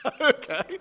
Okay